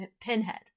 Pinhead